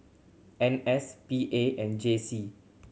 N S P A and J C